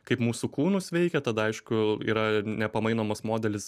kaip mūsų kūnus veikia tada aišku yra nepamainomas modelis